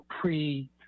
pre